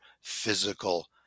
physical